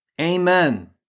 Amen